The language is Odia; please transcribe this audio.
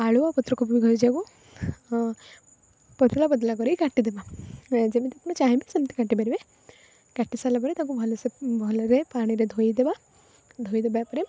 ଆଳୁ ଆଉ ପତ୍ରକୋବି ଭଜାକୁ ପତଳା ପତଳା କରି କାଟିଦେବା ଯେମିତି ଆପଣ ଚାହିଁବେ ସେମିତି କାଟିପାରିବେ କାଟିସାରିଲା ପରେ ତାକୁ ଭଲରେ ପାଣିରେ ଧୋଇଦେବା ଧୋଇଦେବା ପରେ